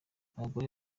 abagore